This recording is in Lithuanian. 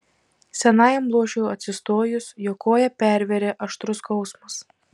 senajam luošiui atsistojus jo koją pervėrė aštrus skausmas